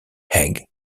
egg